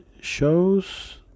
shows